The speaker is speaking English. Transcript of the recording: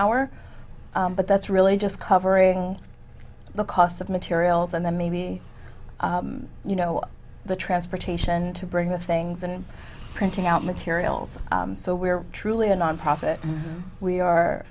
hour but that's really just covering the cost of materials and then maybe you know the transportation to bring the things and printing out materials so we're truly a nonprofit we are